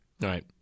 Right